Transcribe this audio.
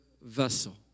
vessel